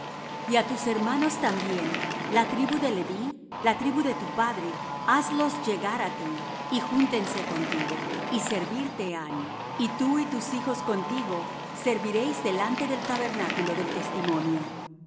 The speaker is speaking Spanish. y á tus hermanos también la tribu de leví la tribu de tu padre hazlos llegar á ti y júntense contigo y servirte han y tú y tus hijos contigo serviréis delante del tabernáculo del testimonio